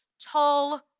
Tall